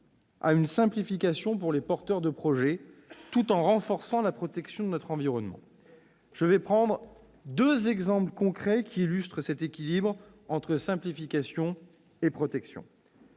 à une simplification pour les porteurs de projets, tout en renforçant la protection de notre environnement. Je prendrai deux exemples concrets qui illustrent cet équilibre entre simplification et protection.